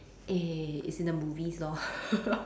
eh it's in the movies lor